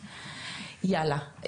יאללה.